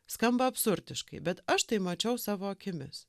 skamba absurdiškai bet aš tai mačiau savo akimis